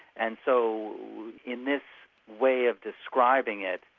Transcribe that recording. and so in this way of describing it,